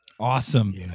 Awesome